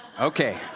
Okay